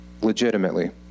Legitimately